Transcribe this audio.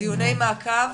דיוני מעקב,